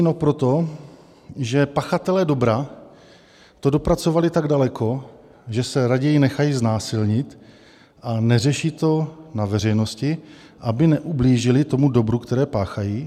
No proto, že pachatelé dobra to dopracovali tak daleko, že se raději nechají znásilnit a neřeší to na veřejnosti, aby neublížili tomu dobru, které páchají.